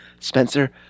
Spencer